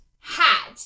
hat